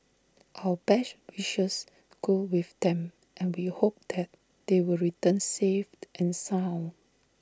our best wishes go with them and we hope that they will return safe and sound